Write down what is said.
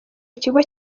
kigo